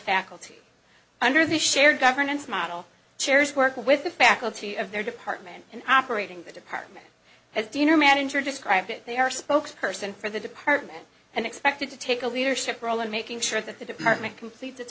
faculty under the shared governance model chairs work with the faculty of their department and operating the department as dean or manager describe it they are spokes person for the department and expected to take a leadership role in making sure that the department complete